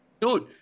dude